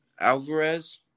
alvarez